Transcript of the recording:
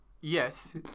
Yes